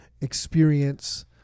experience